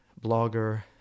blogger